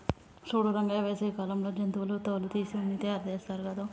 సూడు రంగయ్య వేసవి కాలంలో జంతువుల తోలు తీసి ఉన్ని తయారుచేస్తారు గాదు